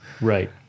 Right